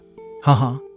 Haha